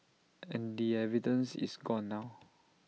and the evidence is gone now